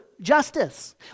justice